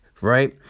right